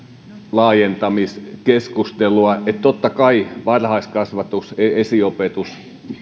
laajentamiskeskustelua totta kai varhaiskasvatus esiopetus